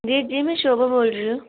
जी जी में शोभा बोल्लै करनी आं